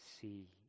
see